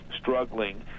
struggling